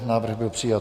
Návrh byl přijat.